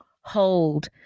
hold